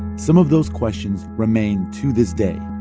some of those questions remain to this day.